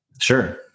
Sure